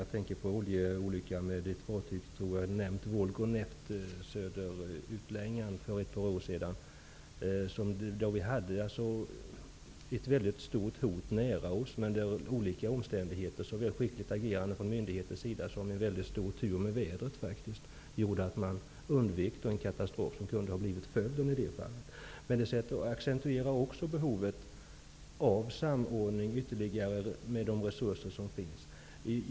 Vid en oljeolycka som för ett par år sedan inträffade söderut förelåg det ett mycket stort hot i närheten av oss. Olika omständigheter -- såväl skickligt agerande från myndigheternas sida som tur med vädret -- gjorde dock att man undvek den katastrof som annars kunde ha blivit följden. Detta accentuerar också behovet av ytterligare samordning mellan de resurser som finns.